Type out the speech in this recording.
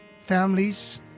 families